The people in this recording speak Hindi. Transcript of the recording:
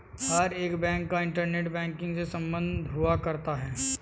हर एक बैंक का इन्टरनेट बैंकिंग से सम्बन्ध हुआ करता है